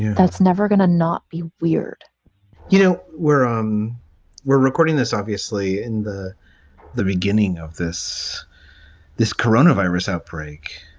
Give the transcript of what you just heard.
that's never gonna not be weird you know, we're um we're recording this obviously in the the beginning of this this corona virus outbreak.